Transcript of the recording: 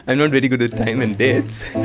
i'm not very good at time and dates.